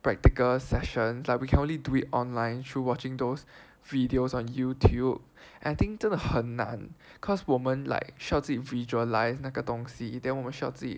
practical session like we can only do it online through watching those videos on Youtube and I think 真的很难 cause 我们 like 需要自己 visualize 那个东西 then 我们需要自己